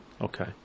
Okay